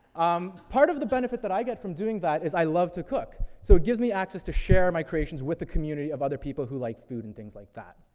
um, part of the benefit that i get from doing that is i love to cook. so it gives me access to share my creations with the community of other people who like food and things like that.